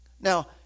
Now